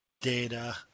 data